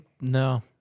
No